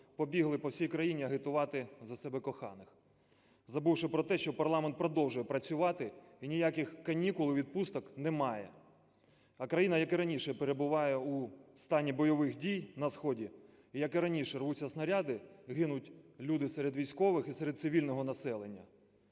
побігли по всій країні агітувати за себе коханих, забувши про те, що парламент продовжує працювати і ніяких канікул і відпусток немає. А країна, як і раніше, перебуває у стані бойових дій на сході і, як і раніше, рвуться снаряди, гинуть люди серед військових і серед цивільного населення.